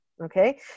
Okay